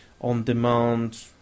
on-demand